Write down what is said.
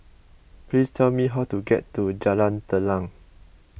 please tell me how to get to Jalan Telang